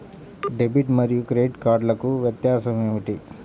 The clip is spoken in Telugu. డెబిట్ మరియు క్రెడిట్ కార్డ్లకు వ్యత్యాసమేమిటీ?